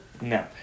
no